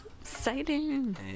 Exciting